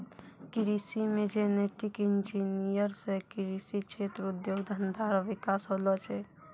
कृषि मे genetic engineer से कृषि क्षेत्र उद्योग धंधा रो विकास होलो छै